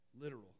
literal